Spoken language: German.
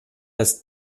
dass